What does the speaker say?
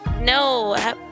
No